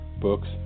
books